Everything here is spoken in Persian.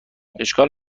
اشکال